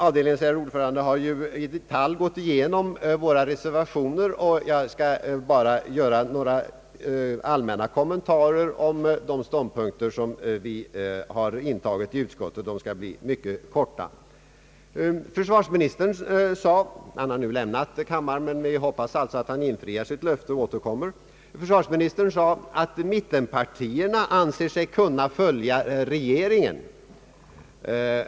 Avdelningens ärade ordförande har i detalj gått igenom våra reservationer, och jag skall bara ge några allmänna kommentarer till de ståndpunkter som vi har intagit i utskottet. Kommentarerna skall bli mycket korta. Försvarsministern sade — han har nu lämnat kammaren, men jag hoppas att han infriar sitt löfte och återkommer — att mittenpartierna anser sig kunna följa regeringen.